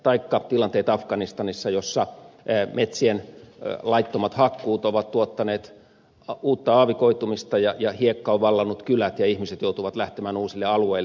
taikka tilanteet afganistanissa jossa metsien laittomat hakkuut ovat tuottaneet uutta aavikoitumista ja hiekka on vallannut kylät ja ihmiset joutuvat lähtemään uusille alueille